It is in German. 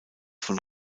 von